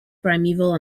primeval